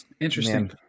Interesting